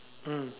mm